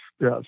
Yes